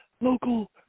local